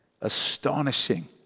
astonishing